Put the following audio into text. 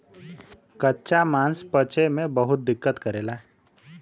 कच्चा मांस पचे में बहुत दिक्कत करेला